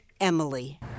Emily